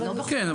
כן,